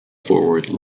forward